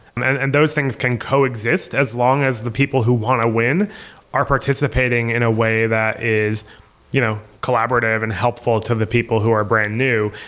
and and those things can coexist, as long as the people who want to win are participating in a way that is you know collaborative and helpful to the people who are brand new.